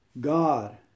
God